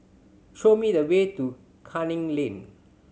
show me the way to Canning Lane